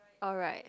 alright